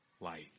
light